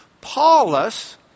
Paulus